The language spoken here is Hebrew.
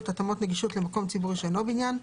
(התאמות נגישות למקום ציבורי שאינו בניין),